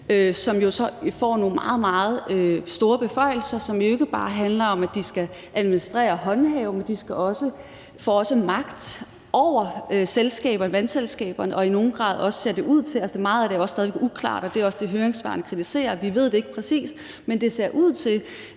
så får nogle meget, meget store beføjelser, som jo ikke bare handler om, at de skal administrere og håndhæve, for de får også magt over vandselskaberne og i nogen grad også, ser det ud til – og meget af det er også stadig væk uklart, og det er også det, høringssvarene kritiserer, nemlig at vi ikke ved det præcis